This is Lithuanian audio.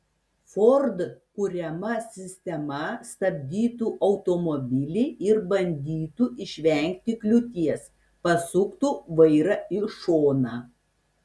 ford kuriama sistema stabdytų automobilį ir bandytų išvengti kliūties pasuktų vairą į šoną